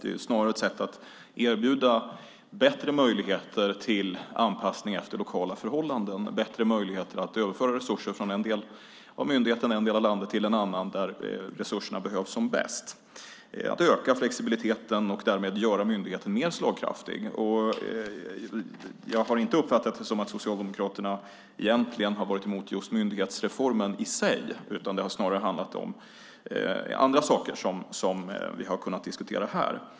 Det är snarare ett sätt att erbjuda bättre möjligheter till anpassning efter lokala förhållanden, bättre möjligheter för myndigheten att överföra resurser från en del av landet till en annan där resurserna behövs som bäst, att öka flexibiliteten och därmed göra myndigheten mer slagkraftig. Jag har inte uppfattat det som att Socialdemokraterna har varit emot myndighetsreformen i sig utan det har snarare handlat om andra saker som vi har kunnat diskutera här.